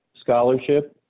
scholarship